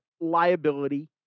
liability